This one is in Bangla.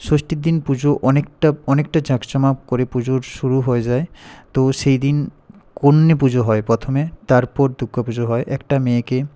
ষষ্টীর দিন পুজো অনেকটা অনেকটা জাঁক জমক করে পুজোর শুরু হয়ে যায় তো সেই দিন কন্যা পুজো হয় প্রথমে তারপর দু পূজা হয় একটা মেয়েকে